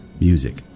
music